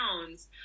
pounds